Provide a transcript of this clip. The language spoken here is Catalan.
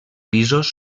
pisos